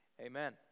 amen